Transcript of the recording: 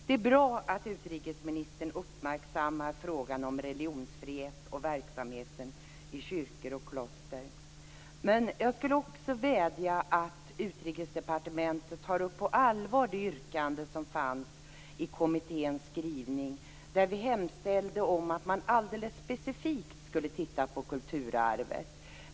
Det är bra att utrikesministern uppmärksammar frågan om religionsfrihet och verksamheten i kyrkor och kloster. Men jag skulle också vilja vädja till Utrikesdepartementet att man på allvar tar upp det yrkande som fanns i kommitténs skrivning, där vi hemställde om att man alldeles specifikt skulle titta på kulturarvet.